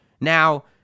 Now